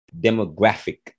demographic